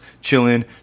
chilling